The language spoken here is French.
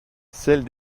celle